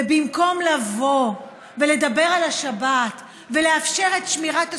ובמקום לבוא ולדבר על השבת ולאפשר את שמירת השבת,